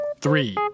Three